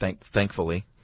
thankfully